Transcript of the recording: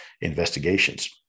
investigations